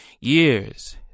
Years